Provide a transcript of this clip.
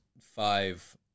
five